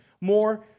More